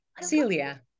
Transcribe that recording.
Celia